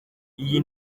iyi